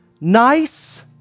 nice